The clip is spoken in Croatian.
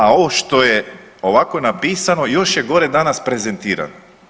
A ovo što je ovako napisano još je gore danas prezentirano.